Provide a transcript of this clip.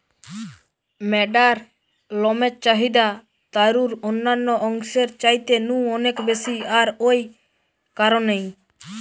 ম্যাড়ার লমের চাহিদা তারুর অন্যান্য অংশের চাইতে নু অনেক বেশি আর ঔ কারণেই